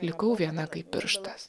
likau viena kaip pirštas